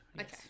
Okay